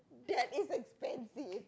that is expensive